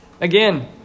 Again